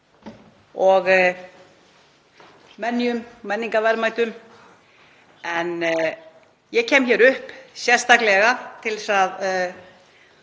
og minjum, menningarverðmætum. En ég kem hingað upp sérstaklega til þess að